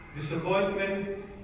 Disappointment